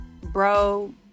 bro